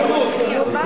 ליכוד.